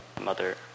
mother